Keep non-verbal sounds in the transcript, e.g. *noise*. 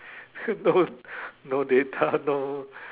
*laughs* no no data *laughs* no